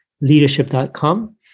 leadership.com